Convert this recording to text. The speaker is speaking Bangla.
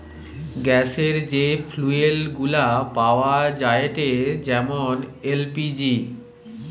গ্যাসের যে ফুয়েল গুলা পাওয়া যায়েটে যেমন এল.পি.জি